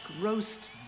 roast